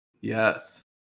Yes